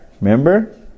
Remember